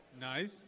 Nice